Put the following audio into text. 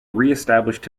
reestablished